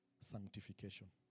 sanctification